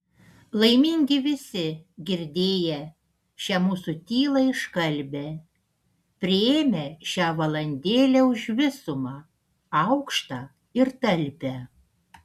laimingi visi girdėję šią mūsų tylą iškalbią priėmę šią valandėlę už visumą aukštą ir talpią